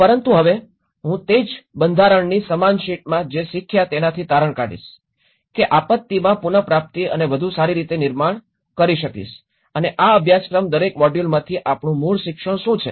પરંતુ હવે હું તે જ બંધારણની સમાન શીટમાં જે શીખ્યા તેનાથી તારણ કાઢીશ કે આપત્તિમાં પુન પ્રાપ્તિ અને વધુ સારી રીતે નિર્માણ કરી શકીશ અને આ અભ્યાસક્રમ દરેક મોડ્યુલમાંથી આપણું મૂળ શિક્ષણ શું છે